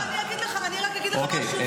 אני רק אגיד לך משהו,